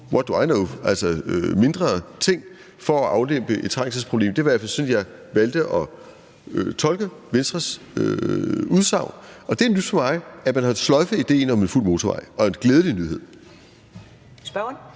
what do I know – for at afhjælpe et trængselsproblem. Det var i hvert fald sådan, jeg valgte at tolke Venstres udsagn. Og det er nyt for mig, at man har sløjfet idéen om en fuld motorvej – det er en glædelig nyhed.